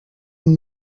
une